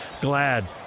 Glad